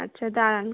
আচ্ছা দাঁড়ান